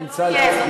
האם צה"ל